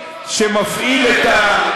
זה לא נכון, ואתה יודע את זה.